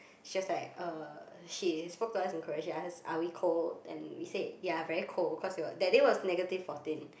she was like uh she spoke to us in Korean she ask are we cold and we said ya very cold cause it was that day was negative fourteen